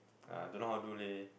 ah don't know how to do leh